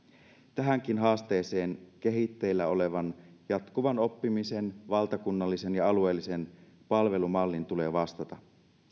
tähänkin haasteeseen kehitteillä olevan jatkuvan oppimisen valtakunnallisen ja alueellisen palvelumallin tulee vastata